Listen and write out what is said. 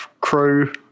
crew